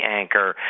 anchor